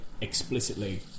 explicitly